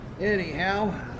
anyhow